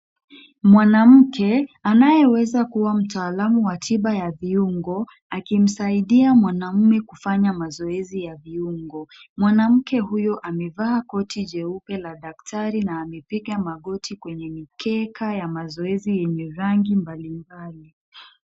Mwanamke, anayeweza kuwa mtaalamu wa tiba ya viungo, akimsaidia mwanaume kufanya mazoezi ya viungo. Mwanamke huyo amevaa koti jeupe la daktari na amepiga magoti kwenye mikeka ya mazoezi yenye rangi mbali mbali.